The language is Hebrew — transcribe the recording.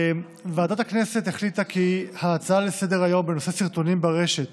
ועדת הכנסת החליטה כי ההצעה לסדר-היום בנושא: סרטונים ברשת